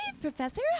Professor